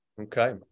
Okay